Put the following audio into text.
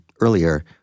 earlier